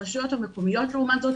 הרשויות המקומיות לעומת זאת,